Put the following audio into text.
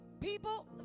People